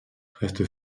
reste